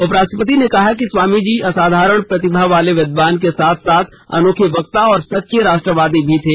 उपराष्ट्रपति ने कहा कि स्वामीजी असाधारण प्रतिभा वाले विद्वान के साथ साथ अनोखे वक्ता और सच्चे राष्ट्रवादी थे